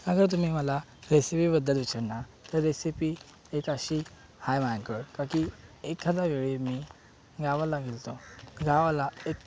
अगर तुम्ही मला रेसिपीबद्दल विचारणार तर रेसिपी एक अशी आहे माझ्याकडे की एखादा वेळी मी गावाला गेलो होतो गावाला एक